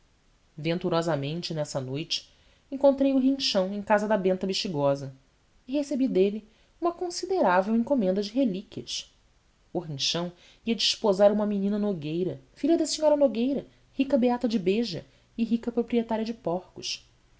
aniquilado venturosamente nessa noite encontrei o rinchão em casa da benta bexigosa e recebi dele uma considerável encomenda de relíquias o rinchão ia desposar uma menina nogueira filha da senhora nogueira rica beata de beja e rica proprietária de porcos